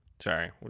Sorry